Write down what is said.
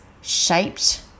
shaped